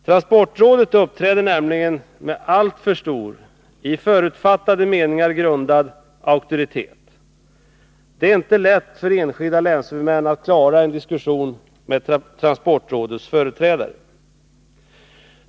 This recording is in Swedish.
Transportrådet uppträder nämligen med alltför stor, i förutfattade meningar grundad, auktoritet. Det är inte lätt för enskilda länshuvudmän att klara en diskussion med transportrådets företrädare.